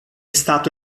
stato